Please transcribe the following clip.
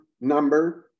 number